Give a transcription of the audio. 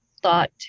thought